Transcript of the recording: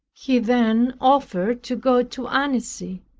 he then offered to go to annecy,